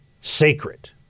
sacred